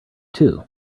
too